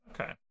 Okay